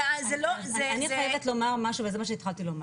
זה --- אני חייבת לומר משהו וזה מה שהתחלתי לומר,